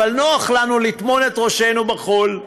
אבל נוח לנו לטמון את ראשינו בחול.